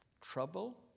Trouble